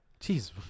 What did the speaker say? Jeez